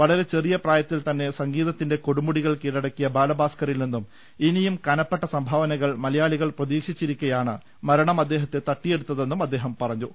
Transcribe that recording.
വളരെ ചെറിയ പ്രായ ത്തിൽ തന്നെ സംഗീതത്തിന്റെ കൊടുമുടികൾ കീഴടക്കിയ ബാല ഭാസ്കറിൽനിന്നും ഇനിയും കനപ്പെട്ട സംഭാവനകൾ മലയാളി കൾ പ്രതീക്ഷിച്ചിരിക്കെയാണ് മരണം അദ്ദേഹത്തെ തട്ടിയെടുത്ത തെന്നും അദ്ദേഹം പറഞ്ഞു